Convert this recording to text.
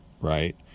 right